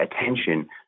attention